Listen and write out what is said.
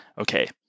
Okay